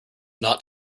not